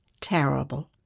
terrible